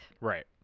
Right